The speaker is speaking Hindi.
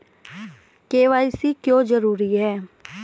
के.वाई.सी क्यों जरूरी है?